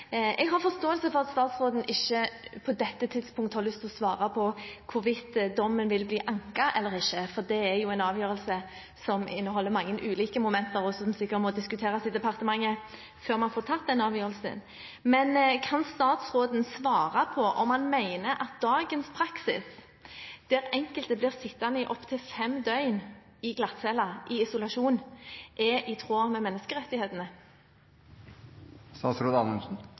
at statsråden på dette tidspunkt ikke har lyst til å svare på hvorvidt dommen vil bli anket eller ikke, for det er jo en avgjørelse som inneholder mange ulike momenter, og som sikkert må diskuteres i departementet før man får tatt den avgjørelsen. Men kan statsråden svare på om han mener at dagens praksis, der enkelte blir sittende i opptil fem døgn på glattcelle, i isolasjon, er i tråd med menneskerettighetene?